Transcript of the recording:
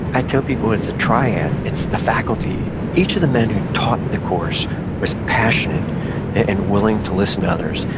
i tell people it's a triad. it's the faculty. each of the men who taught the course was passionate and willing to listen to others,